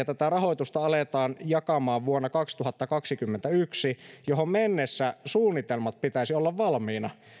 tätä rahoitusta aletaan jakamaan vuonna kaksituhattakaksikymmentäyksi johon mennessä suunnitelmien pitäisi olla valmiina